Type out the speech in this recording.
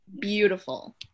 beautiful